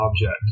object